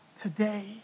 today